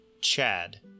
Chad